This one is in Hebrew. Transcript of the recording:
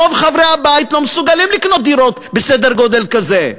רוב חברי הבית לא מסוגלים לקנות דירות בסדר-גודל כזה,